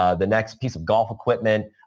ah the next piece of golf equipment,